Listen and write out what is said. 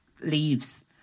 leaves